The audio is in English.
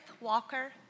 Walker